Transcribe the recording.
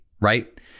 right